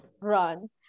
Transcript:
run